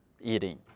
eating